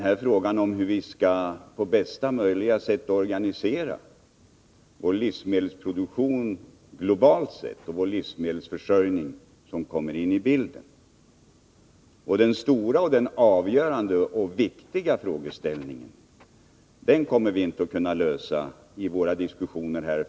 Frågan om hur vi på bästa möjliga sätt skall organisera vår livsmedelsproduktion, globalt sett, och vår livsmedelsförsörjning som också kommer in i bilden innehåller naturligtvis många komponenter. Den stora, avgörande och viktiga frågeställningen kommer vi inte att kunna lösa i våra diskussioner här.